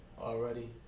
Already